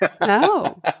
No